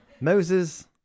Moses